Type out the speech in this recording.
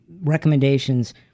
recommendations